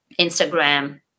Instagram